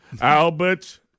Albert